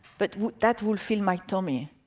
but that will fill my tummy.